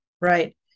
Right